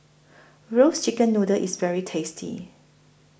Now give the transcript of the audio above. Roasted Chicken Noodle IS very tasty